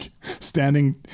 standing